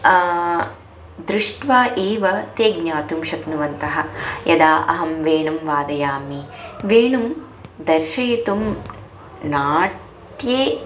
दृष्ट्वा एव ते ज्ञातुं शक्नुवन्तः यदा अहं वेणुं वादयामि वेणुं दर्शयितुं नाट्ये